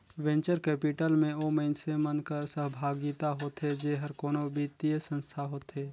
venture capital में ओ मइनसे मन कर सहभागिता होथे जेहर कोनो बित्तीय संस्था होथे